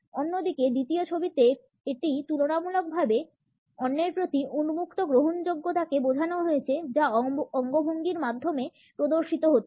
অন্যদিকে দ্বিতীয় ছবিতে এটি তুলনামূলকভাবে অন্যের প্রতি উন্মুক্ত গ্রহণযোগ্যতাকে বোঝানো হয়েছে যা অঙ্গভঙ্গির মাধ্যমে প্রদর্শিত হচ্ছে